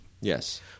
Yes